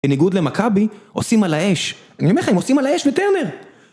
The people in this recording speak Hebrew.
בניגוד למכבי, עושים על האש. אני אומר לך, הם עושים על האש בטרנר!